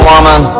Woman